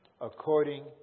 according